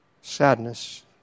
sadness